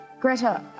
Greta